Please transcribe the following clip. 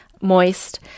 moist